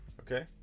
Okay